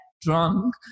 drunk